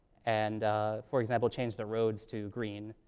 and for example, change the roads to green,